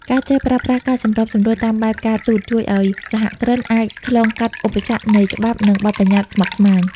ការចេះប្រើប្រាស់ "ការសម្របសម្រួលតាមបែបការទូត" ជួយឱ្យសហគ្រិនអាចឆ្លងកាត់ឧបសគ្គនៃច្បាប់ និងបទបញ្ញត្តិស្មុគស្មាញ។